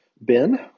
Ben